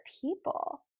people